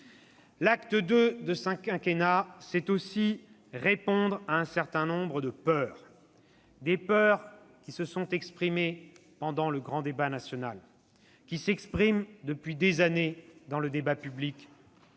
L'acte II, c'est aussi répondre à un certain nombre de peurs ; des peurs qui se sont exprimées durant le grand débat, qui s'expriment depuis des années dans le débat public.